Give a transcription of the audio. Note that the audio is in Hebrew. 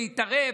להתערב.